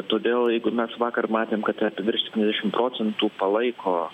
todėl jeigu mes vakar matėm kad virš septyniasdešim procentų palaiko